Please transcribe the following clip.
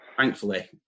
Thankfully